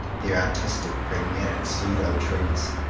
their artistic, pragmatic pseudo-truths.